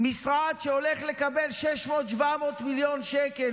משרד שהולך לקבל 600 700 מיליון שקל,